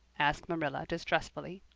asked marilla distrustfully.